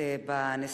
אדוני היושב-ראש,